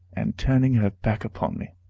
and turning her back upon me.